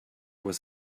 was